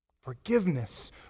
Forgiveness